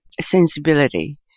sensibility